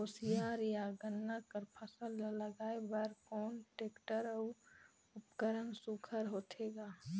कोशियार या गन्ना कर फसल ल लगाय बर कोन टेक्टर अउ उपकरण सुघ्घर होथे ग?